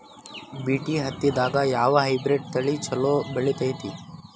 BT ಹತ್ತಿದಾಗ ಯಾವ hybrid ತಳಿ ಛಲೋ ಬೆಳಿತೈತಿ?